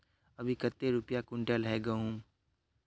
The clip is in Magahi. अभी कते रुपया कुंटल है गहुम?